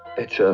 it yeah